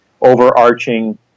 overarching